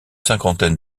cinquantaine